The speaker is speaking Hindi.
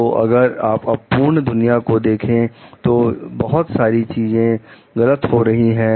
तो अगर आप अपूर्ण दुनिया को देखें तो बहुत सारी चीजें गलत हो रही हैं